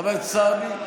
מוותר.